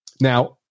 Now